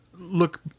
look